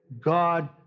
God